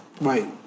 right